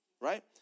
Right